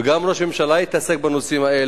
וגם ראש הממשלה התעסק בנושאים האלה.